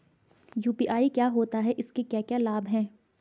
UPI क्या होता है इसके क्या क्या लाभ हैं?